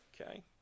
Okay